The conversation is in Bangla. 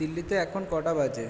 দিল্লিতে এখন কটা বাজে